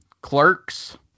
clerks